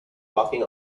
walking